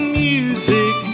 music